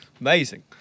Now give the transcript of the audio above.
amazing